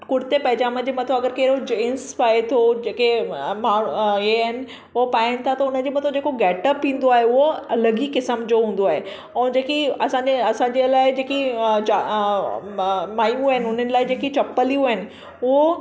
कुर्ते पेजामे जे मथां अगरि कहिड़ो जीन्स पाए थो जेके हीअ आहिनि पोइ पाइनि था त उनजे मथां जेको गेटप ईंदो आहे उहो अलॻि ई क़िस्म जो हूंदो आहे ऐं जेकी असांजे असांजे लाइ जेकी मा मायूं आहिनि हुननि लाइ जेकी चपलियूं आहिनि हू